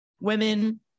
women